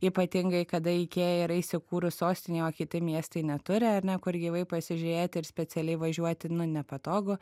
ypatingai kada ikėja yra įsikūrus sostinėj o kiti miestai neturi ar ne kur gyvai pasižiūrėti ir specialiai važiuoti nepatogu